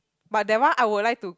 but that one I would like to